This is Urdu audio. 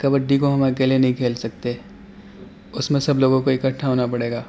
کبڈی کو ہم اکیلے نہیں کھیل سکتے اس میں سب لوگوں کو اکٹھا ہونا پڑے گا